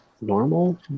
normal